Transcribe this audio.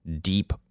deep